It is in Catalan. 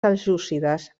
seljúcides